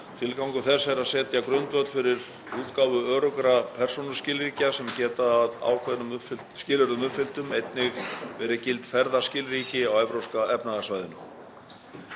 Tilgangur þess er að setja grundvöll fyrir útgáfu öruggra persónuskilríkja sem geta, að ákveðnum skilyrðum uppfylltum, einnig verið gild ferðaskilríki á Evrópska efnahagssvæðinu.